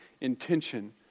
intention